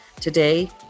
Today